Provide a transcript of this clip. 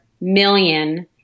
million